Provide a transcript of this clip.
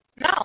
No